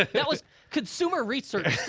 ah that was consumer research, sir.